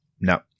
No